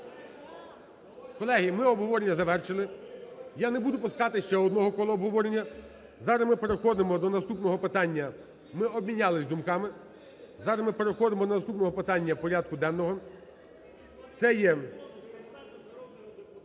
Колеги, ми обговорення завершили. Я не буду пускати ще одного кола обговорення. Зараз ми переходимо до наступного питання. Ми обмінялись думками. Зараз ми переходимо до наступного питання порядку денного.